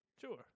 Sure